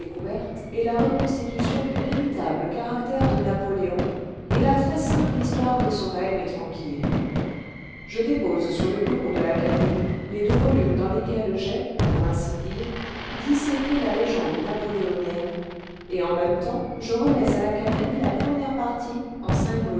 est la reconstitution du véritable caractère de napoléon et la très simple histoire de son règne tranquille je dépose sur le bureau de l'académie les deux volumes dans lesquels j'ai pour ainsi dire disséqué la légende napoléonienne et en même temps je remets à l'académie la première partie en